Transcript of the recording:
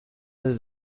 his